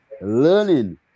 learning